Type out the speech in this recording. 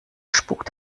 spukt